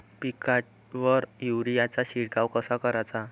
पिकावर युरीया चा शिडकाव कसा कराचा?